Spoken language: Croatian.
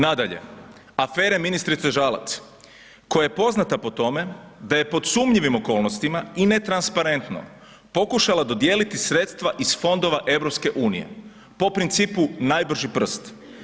Nadalje, afere ministrice Žalac koja je poznata pod tome da je pod sumnjivim okolnostima i netransparentno pokušala dodijeliti sredstva iz fondova EU po principu najbrži prst.